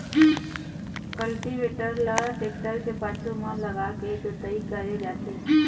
cultivator ल tractor के पाछू म लगाके जोतई करे जाथे